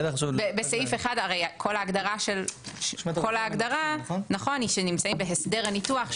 בסעיף (1) כל ההגדרה היא שנמצאים בהסדר הניתוח,